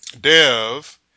Dev